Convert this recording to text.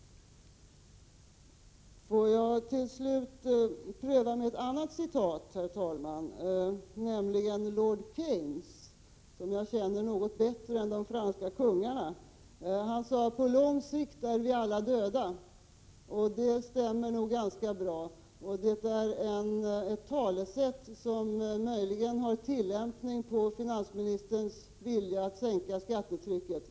Till slut vill jag bara pröva med ett annat citat. Jag skall nämligen återge vad lord Keynes, som jag känner till något bättre än de franska kungarna, har sagt: På lång sikt är vi alla döda. Det stämmer nog ganska bra. Detta talesätt kan möjligen tillämpas när det gäller finansministerns vilja att sänka skattetrycket.